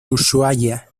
ushuaia